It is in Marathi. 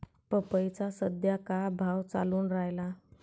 पपईचा सद्या का भाव चालून रायला?